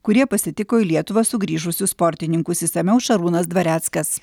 kurie pasitiko į lietuvą sugrįžusius sportininkus išsamiau šarūnas dvareckas